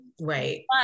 right